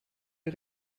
les